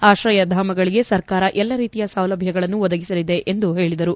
ಆಕ್ರಯಧಾಮಗಳಿಗೆ ಸರ್ಕಾರ ಎಲ್ಲಾ ರೀತಿಯ ಸೌಲಭ್ಯಗಳನ್ನು ಒದಗಿಸಲಿದೆ ಎಂದು ಹೇಳಿದರು